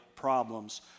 problems